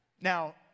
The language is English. Now